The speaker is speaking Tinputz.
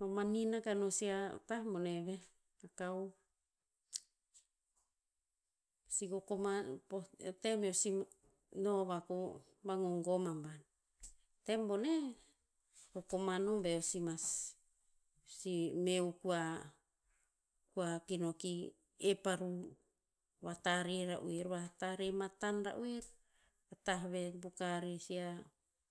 Mamanin akah no si a tah bone veh, a kao. Pasi kokoman no va ko vagogom aban. Tem boneh, to koman no beo si mas, si me o kua- kua ki no ki ep aru. Vatare ra'oer vatare matan ra'or pa tah ve to poka rer si a